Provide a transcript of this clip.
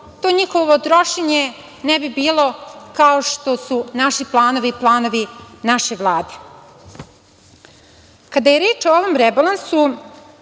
to njihovo trošenje ne bi bilo kao što su naši planovi i planovi naše Vlade. Kada je reč o ovom rebalansu,